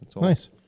Nice